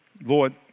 Lord